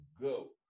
go